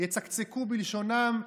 יצקצקו בלשונם,